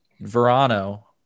Verano